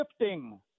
shifting